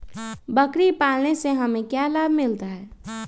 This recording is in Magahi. बकरी पालने से हमें क्या लाभ मिलता है?